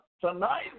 Tonight